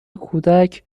کودک